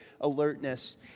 alertness